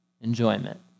enjoyment